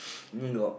need knock